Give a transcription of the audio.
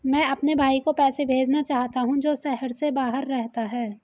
मैं अपने भाई को पैसे भेजना चाहता हूँ जो शहर से बाहर रहता है